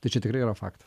tai čia tikrai yra faktas